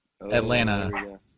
Atlanta